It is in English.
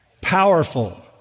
powerful